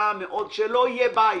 שלא יהיה בית